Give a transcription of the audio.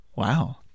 Wow